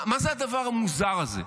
מה זה הדבר המוזר הזה?